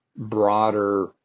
broader